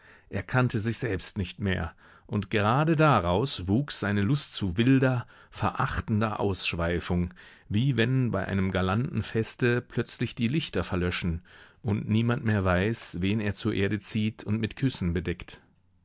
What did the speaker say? er kannte sich selbst nicht mehr und gerade daraus wuchs seine lust zu wilder verachtender ausschweifung wie wenn bei einem galanten feste plötzlich die lichter verlöschen und niemand mehr weiß wen er zur erde zieht und mit küssen bedeckt